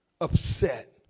upset